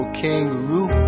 kangaroo